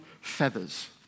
feathers